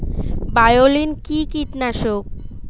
বায়োলিন কি কীটনাশক?